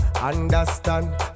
understand